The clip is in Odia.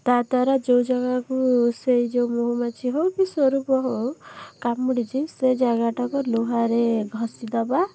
ତା' ଦ୍ଵାରା ଯେଉଁ ଜାଗାକୁ ସେହି ଯେଉଁ ମହୁମାଛି ହେଉ କି ସ୍ଵରୂପ ହେଉ କାମୁଡ଼ିଛି ସେ ଜାଗାଟାକୁ ଲୁହାରେ ଘଷି ଦେବା